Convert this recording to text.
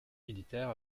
militaire